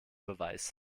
beweis